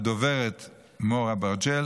הדוברת מור אברג'ל,